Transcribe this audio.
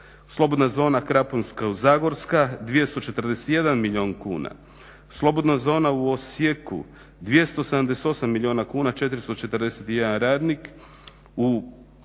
Slobodna zona Krapinsko-zagorska, 241 milijun kuna. Slobodna zona u Osijeku, 278 milijuna kuna, 441 radnik.